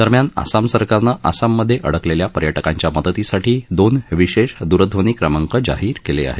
दरम्यान आसाम सरकारनं आसाममधे अडकलेल्या पर्यटकांच्या मदतीसाठी दोन विशेष दूरध्वनी क्रमांक जाहीर केले आहेत